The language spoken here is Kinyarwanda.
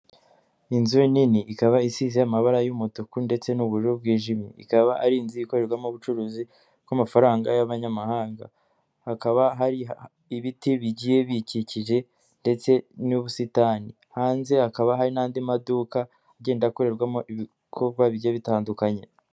Inzu nini ikaba isize amabara y'umutuku ndetse n'ubururu bwijimye, ikaba ari inzu ikorerwamo ubucuruzi bw'amafaranga y'abanyamahanga, hakaba hari ibiti bigiye bikikije ndetse n'ubusitani hanze, hakaba hari n'andi maduka agenda akorerwamo ibikorwa bigiye bitandukanye.